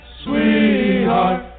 sweetheart